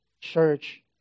church